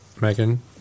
Megan